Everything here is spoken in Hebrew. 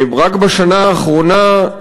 רק בשנה האחרונה,